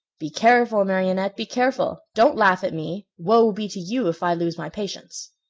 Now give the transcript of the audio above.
be careful, marionette, be careful! don't laugh at me! woe be to you, if i lose my patience!